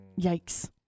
yikes